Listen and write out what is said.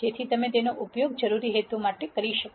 જેથી તમે તેનો ઉપયોગ જરૂરી હેતુઓ માટે કરી શકો